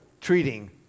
treating